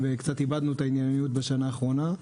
קצת איבדנו את הענייניות בשנה האחרונה.